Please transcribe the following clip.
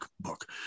book